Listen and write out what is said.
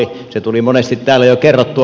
se tuli monesti täällä jo kerrottua